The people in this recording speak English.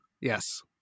Yes